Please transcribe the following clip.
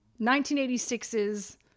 1986's